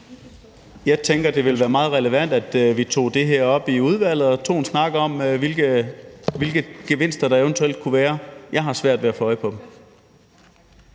Jeg tænker, det vil være meget relevant, at vi tog det her op i udvalget og tog en snak om, hvilke gevinster der eventuelt kunne være. Jeg har svært ved at få øje på dem.